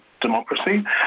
democracy